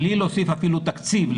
בלי להוסיף אפילו תקציב,